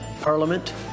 Parliament